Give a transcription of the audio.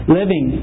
living